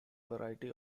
variety